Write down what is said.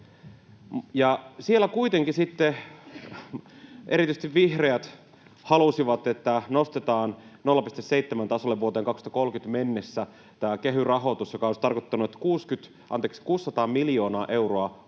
Siellä kuitenkin sitten erityisesti vihreät halusivat, että tämä kehy-rahoitus nostetaan 0,7-tasolle vuoteen 2030 mennessä, mikä olisi tarkoittanut, että 600 miljoonaa euroa